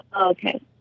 Okay